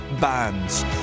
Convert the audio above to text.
bands